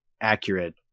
accurate